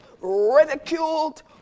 ridiculed